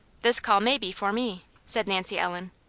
this call may be for me, said nancy ellen.